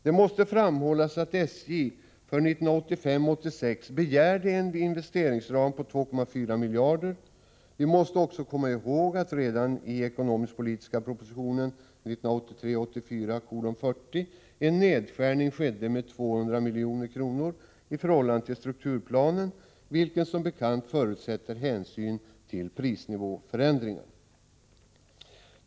Det måste framhållas att SJ för 1985 84:40 en nedskärning skedde med 200 milj.kr. i förhål lande till strukturplanen, vilken som bekant förutsätter hänsyn till prisnivåförändringarna.